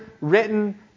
written